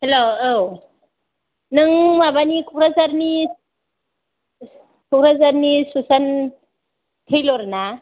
hello औ नों माबानि क'क्राझारनि क'क्राझारनि सुसान टेइलर ना